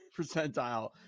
percentile